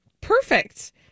perfect